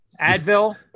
Advil